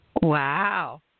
Wow